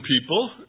people